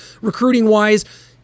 recruiting-wise